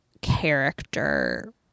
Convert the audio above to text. character